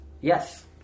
Yes